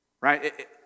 right